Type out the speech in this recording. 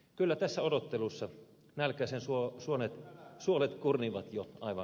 kyllä tässä odottelussa nälkäisen suolet kurnivat jo aivan liikaa